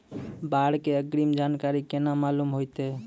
बाढ़ के अग्रिम जानकारी केना मालूम होइतै?